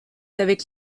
avec